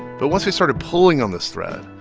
but once we started pulling on this thread,